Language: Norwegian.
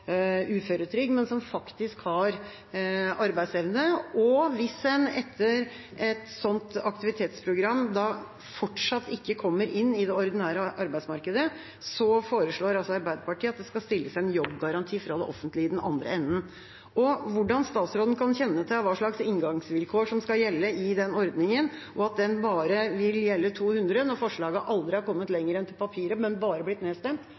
uføretrygd, men som faktisk har arbeidsevne. Hvis en etter et sånt aktivitetsprogram fortsatt ikke kommer inn i det ordinære arbeidsmarkedet, foreslår Arbeiderpartiet at det skal stilles en jobbgaranti fra det offentlige i den andre enden. Hvordan statsråden kan kjenne til hva slags inngangsvilkår som skal gjelde i den ordningen, og at den bare vil gjelde 200, når forslaget aldri har kommet lenger enn til papiret, men bare har blitt nedstemt,